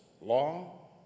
law